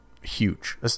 huge